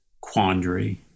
quandary